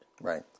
Right